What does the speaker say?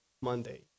Monday